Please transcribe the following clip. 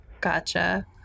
Gotcha